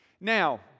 Now